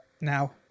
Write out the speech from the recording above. now